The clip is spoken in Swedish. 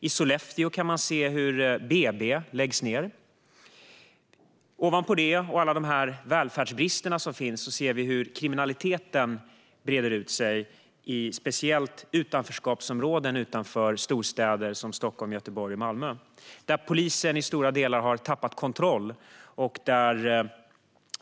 I Sollefteå läggs BB ned. Ovanpå alla dessa välfärdsbrister ser vi hur kriminaliteten breder ut sig, speciellt i utanförskapsområdena i Stockholm, Göteborg och Malmö. Här har polisen i stora delar tappat kontrollen.